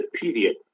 period